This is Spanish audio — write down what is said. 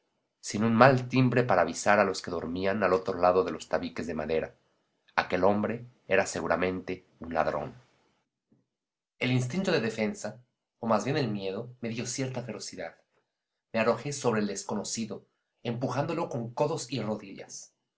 sin un mal timbre para avisar a los que dormían al otro lado de los tabiques de madera aquel hombre era seguramente un ladrón el instinto de defensa o más bien el miedo me dio cierta ferocidad me arrojé sobre el desconocido empujándolo con codos y rodillas